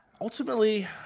Ultimately